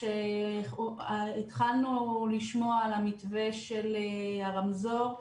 כשהתחלנו לשמוע על המתווה של הרמזור,